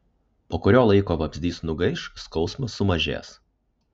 po kurio laiko vabzdys nugaiš skausmas sumažės